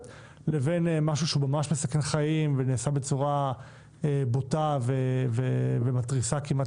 לבין משהו שהוא ממש מסכן חיים ונעשה בצורה בוטה ומתריסה כמעט,